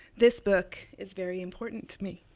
this book is very important to me.